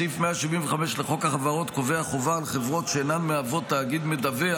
סעיף 175 לחוק החברות קובע חובה על חברות שאינן מהוות תאגיד מדווח